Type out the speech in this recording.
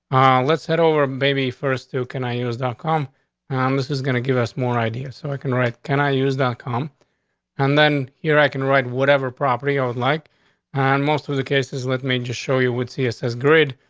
let's head over a baby first to can i use dot com i'm this is going to give us more ideas so i can write. can i use dot com and then here i can write whatever property i would like on and most of the cases with me just show you would see it says great,